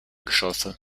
geschosse